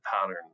pattern